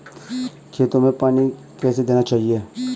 खेतों में पानी कैसे देना चाहिए?